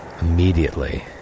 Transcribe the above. immediately